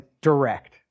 direct